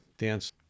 dance